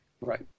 Right